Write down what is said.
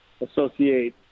associate